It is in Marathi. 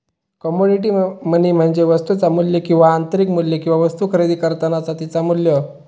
कमोडिटी मनी म्हणजे वस्तुचा मू्ल्य किंवा आंतरिक मू्ल्य किंवा वस्तु खरेदी करतानाचा तिचा मू्ल्य